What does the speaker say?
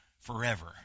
forever